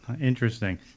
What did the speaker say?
Interesting